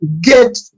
get